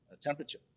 temperature